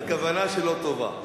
הכוונה שלו טובה.